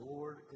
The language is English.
Lord